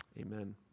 Amen